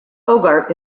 bogart